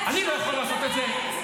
אני לא יכול לעשות את זה.